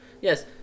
Yes